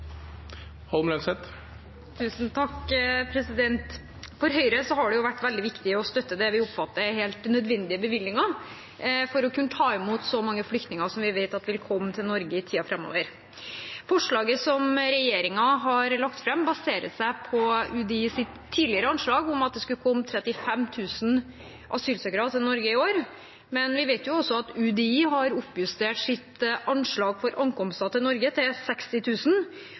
For Høyre har det vært veldig viktig å støtte det vi oppfatter er helt nødvendige bevilgninger for å kunne ta imot så mange flyktninger som vi vet vil komme til Norge i tiden framover. Forslaget som regjeringen har lagt fram, baserer seg på UDIs tidligere anslag om at det skulle komme 35 000 asylsøkere til Norge i år, men vi vet jo også at UDI har oppjustert sitt anslag for ankomster til Norge til